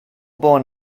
born